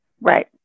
Right